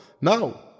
No